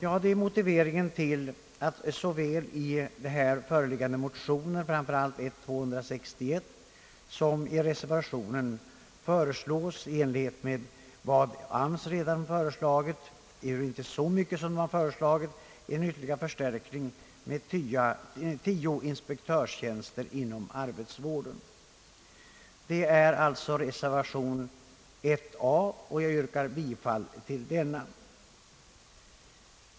Ja, detta är motiveringen till att i såväl de föreliggande motionerna som reservationen görs: förslag i anslutning till vad AMS redan har föreslagit, ehuru inte lika mycket som AMS har föreslagit, nämligen en ytterligare förstärkning med tio inspektörstjänster inom arbetsvården. Det gäller alltså reservation a, och jag yrkar bifall till denna.